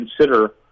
consider